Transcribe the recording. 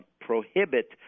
prohibit